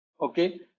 Okay